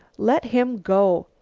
let him go.